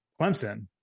Clemson